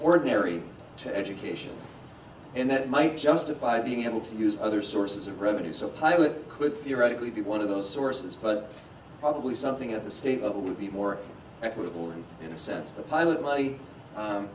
ordinary to education and that might justify being able to use other sources of revenue so a pilot could theoretically be one of those sources but probably something at the state level would be more equitable and so in a sense the pilot m